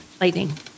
Lightning